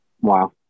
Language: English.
Wow